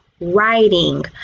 writing